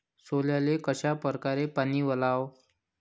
सोल्याले कशा परकारे पानी वलाव?